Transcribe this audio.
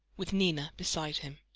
with nina beside him.